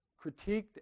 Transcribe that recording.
critiqued